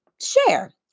Share